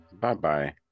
Bye-bye